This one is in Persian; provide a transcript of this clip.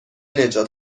نجات